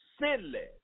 sinless